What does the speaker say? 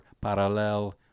Parallel